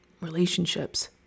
relationships